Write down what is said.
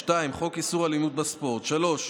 התשנ"ד 1994,